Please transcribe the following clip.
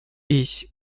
ich